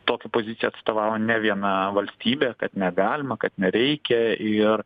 tokią poziciją atstovavo ne viena valstybė kad negalima kad nereikia ir